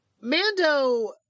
Mando